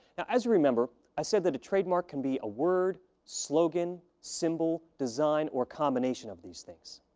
as you remember, i said that a trademark can be a word, slogan, symbol, design, or combination of these things.